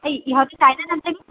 ঐ ইহঁতে যাই নে নাযায় বা